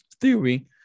theory